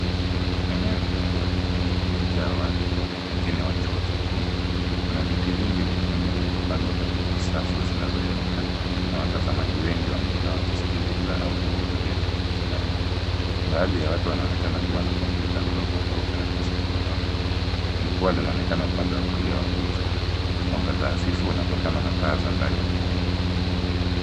Eneo la ndani ya ukumbi uliyojaa watu pengine wa Chuo Kikuu. Kuna viti vingi vikundi vilivyopangwa katika safu zinazoinuka na watazamaji wengi wamekaa wakisikiliza au kuhudhuria tukio fulani. Baadhi ya watu wanaonekana wakiwa na kompyuta ndogo au karatasi mkononi. Jukwaa linaonekana upande wa kulia wa picha. Mwangaza hafifu unatokana na taa za ndani ya ukumbi.